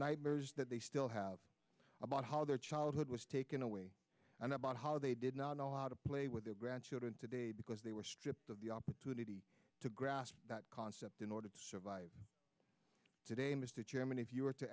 nightmares that they still have about how their childhood was taken away and about how they did not know how to play with their grandchildren today because they were stripped of the opportunity to grasp that concept in order to survive today mr chairman if you were to